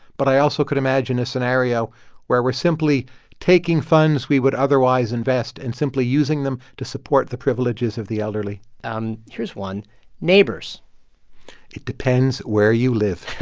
but i also could imagine a scenario where we're simply taking funds we would otherwise invest and simply using them to support the privileges of the elderly um here's one neighbors it depends where you live.